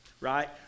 right